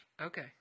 Okay